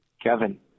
Kevin